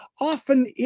often